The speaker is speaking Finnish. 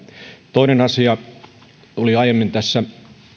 toinen asia oli aiemmin tässä